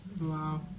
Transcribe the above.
Wow